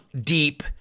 deep